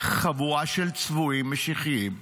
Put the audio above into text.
חבורה של צבועים משיחיים,